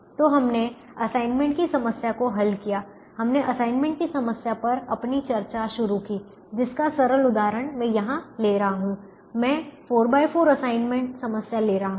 तो हमने असाइनमेंट की समस्या को हल किया हमने असाइनमेंट की समस्या पर अपनी चर्चा शुरू की जिसका सरल उदाहरण मैं यहां ले रहा हूं मैं 44 असाइनमेंट समस्या ले रहा हूं